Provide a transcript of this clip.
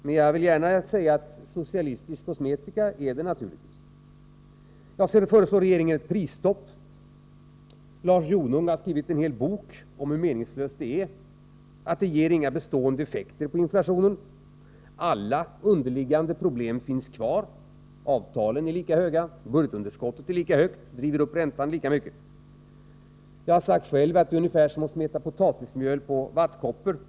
Men jag vill gärna säga att det naturligtvis är socialistisk kosmetika. Sedan föreslår regeringen ett prisstopp. Lars Jonung har skrivit en hel bok om hur meningslöst det är. Det ger inga bestående effekter på inflationen. Alla underliggande problem finns kvar. Avtalen är lika höga, budgetunderskottet är lika högt och driver upp räntorna lika mycket. Jag har själv sagt att det är ungefär som att smeta potatismjöl på vattenkoppor.